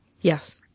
Yes